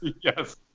Yes